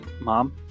Mom